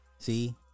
see